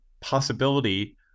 possibility